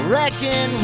reckon